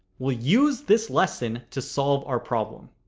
we'll use this lesson to solve our problem.